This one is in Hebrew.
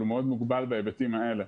אבל הוא מאוד מוגבל בהיבטים האלה.